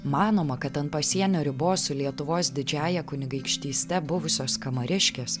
manoma kad ant pasienio ribos su lietuvos didžiąja kunigaikštyste buvusios kamariškės